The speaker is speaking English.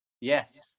Yes